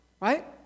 right